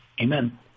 Amen